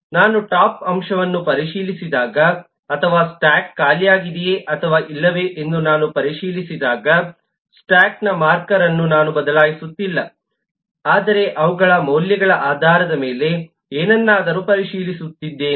ನಾನು ಟಾಪ್ ಅಂಶವನ್ನು ಪರಿಶೀಲಿಸಿದಾಗ ಅಥವಾ ಸ್ಟ್ಯಾಕ್ ಖಾಲಿಯಾಗಿದೆಯೆ ಅಥವಾ ಇಲ್ಲವೇ ಎಂದು ನಾನು ಪರಿಶೀಲಿಸಿದಾಗ ಸ್ಟ್ಯಾಕ್ನ ಮಾರ್ಕರ್ ಅನ್ನು ನಾನು ಬದಲಾಯಿಸುತ್ತಿಲ್ಲ ಆದರೆ ಅವುಗಳ ಮೌಲ್ಯಗಳ ಆಧಾರದ ಮೇಲೆ ಏನನ್ನಾದರೂ ಪರಿಶೀಲಿಸುತ್ತಿದ್ದೇನೆ